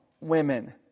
women